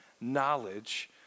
knowledge